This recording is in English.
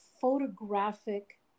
photographic